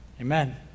Amen